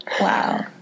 Wow